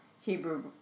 Hebrew